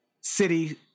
city